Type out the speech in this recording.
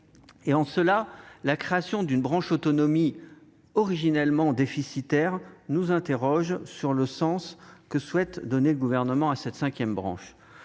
En cela, la création d'une branche autonomie originellement déficitaire nous interroge sur le sens que souhaite donner le Gouvernement à cette cinquième branche.